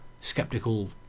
skeptical